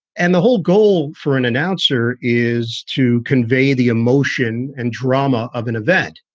and the whole goal for an announcer is to convey the emotion and drama of an event.